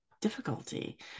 difficulty